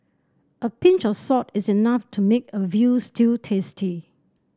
a pinch of salt is enough to make a veal stew tasty